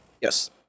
Yes